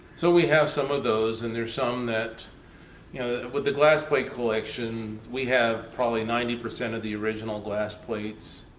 so we have some of those and there's some that yeah with the glass plate collection, we have probably ninety percent of the original glass plates.